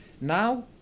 now